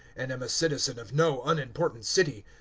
and am a citizen of no unimportant city.